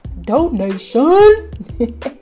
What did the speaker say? donation